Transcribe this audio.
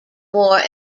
more